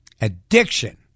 addiction